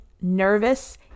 nervous